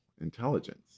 intelligence